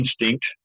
instinct